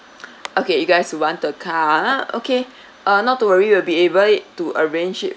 okay you guys you want the car ah okay uh not to worry we will be able it to arrange it